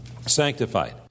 sanctified